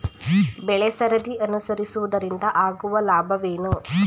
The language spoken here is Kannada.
ಬೆಳೆಸರದಿ ಅನುಸರಿಸುವುದರಿಂದ ಆಗುವ ಲಾಭವೇನು?